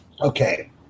Okay